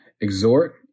exhort